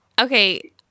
Okay